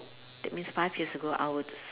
that means five years ago I was